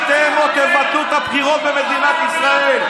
אתם עוד תבטלו את הבחירות במדינת ישראל.